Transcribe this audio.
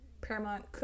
Paramount